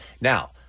Now